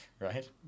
Right